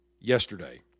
yesterday